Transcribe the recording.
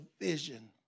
vision